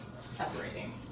separating